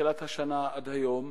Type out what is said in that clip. מתחילת השנה עד היום